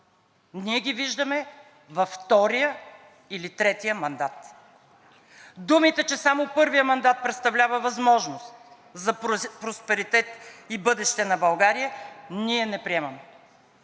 ние ги виждаме във втория или третия мандат. Думите, че само първият мандат представлява възможност за просперитет и бъдеще на България, ние не приемаме.